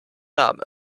name